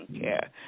care